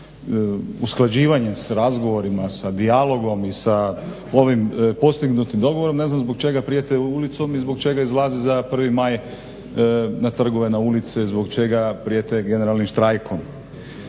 usklađivanjem s razgovorima, s dijalogom i sa ovim postignutim dogovorom ne znam zbog čega prijete ulicom i zbog čega izlaze za 1.maj na trgove, na ulice, zbog čega prijete generalnim štrajkom.